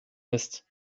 mist